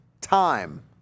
time